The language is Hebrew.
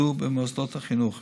זו במוסדות החינוך.